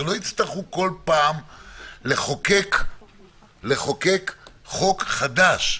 שלא יצטרכו בכל פעם לחוקק חוק חדש.